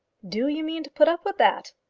do you mean to put up with that?